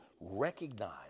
recognize